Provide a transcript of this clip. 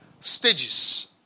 stages